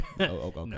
okay